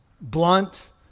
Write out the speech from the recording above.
blunt